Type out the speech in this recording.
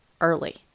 early